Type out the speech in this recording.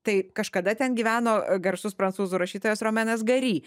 tai kažkada ten gyveno garsus prancūzų rašytojas romenas gary